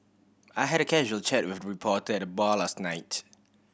I had a casual chat with a reporter at the bar last night